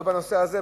לא בנושא הזה,